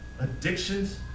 addictions